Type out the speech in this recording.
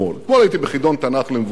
אתמול הייתי בחידון תנ"ך למבוגרים,